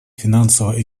финансово